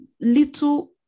little